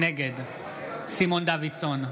נגד סימון דוידסון,